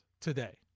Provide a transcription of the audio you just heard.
today